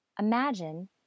Imagine